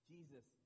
Jesus